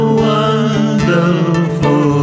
wonderful